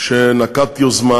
שנקט יוזמה